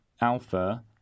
Alpha